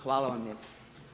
Hvala vam lijepo.